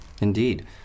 Indeed